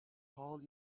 called